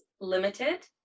Limited